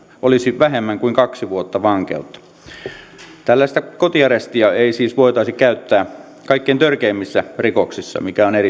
olisi vähemmän kuin kaksi vuotta vankeutta tällaista kotiarestia ei siis voitaisi käyttää kaikkein törkeimmissä rikoksissa